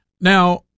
Now